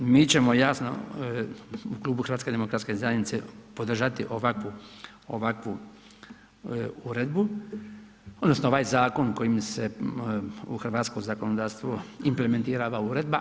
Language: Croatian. Mi ćemo jasno u klubu HDZ-a podržati ovakvu uredbu, odnosno ovaj zakon kojim se u hrvatsko zakonodavstvo implementira ova uredba.